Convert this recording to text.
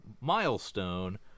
milestone